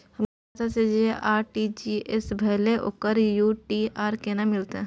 हमर खाता से जे आर.टी.जी एस भेलै ओकर यू.टी.आर केना मिलतै?